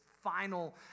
final